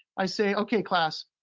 i say, okay, class.